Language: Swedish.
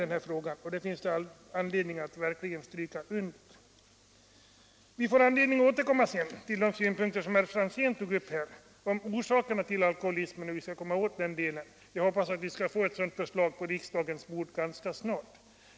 Det är det nya i lagen, som det finns all anledning att stryka under. Vi får tillfälle att återkomma till de synpunkter som herr Franzén tog upp på orsakerna till alkoholism, samt på hur man skall kunna komma till rätta med dem och finna vägar till att avlägsna alkoholismen. Jag hoppas att vi ganska snabbt skall få ett sådant förslag på riksdagens bord.